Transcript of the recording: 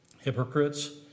Hypocrites